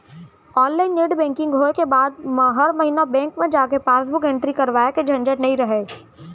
online net banking होय के बाद म हर महिना बेंक म जाके पासबुक एंटरी करवाए के झंझट नइ रहय